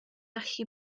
allu